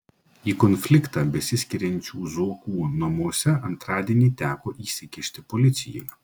į konfliktą besiskiriančių zuokų namuose antradienį teko įsikišti policijai